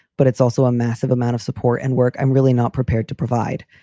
but it's also a massive amount of support and work i'm really not prepared to provide.